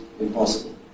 impossible